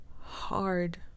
hard